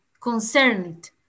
concerned